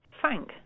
Frank